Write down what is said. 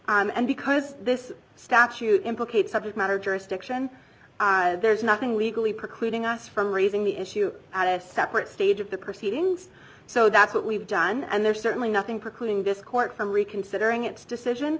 act and because this statute implicates subject matter jurisdiction there's nothing legally precluding us from raising the issue at a separate stage of the proceedings so that's what we've done and there's certainly nothing precluding this court from reconsidering its decision